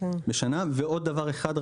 עוד דבר אחד.